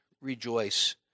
rejoice